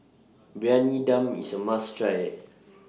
Briyani Dum IS A must Try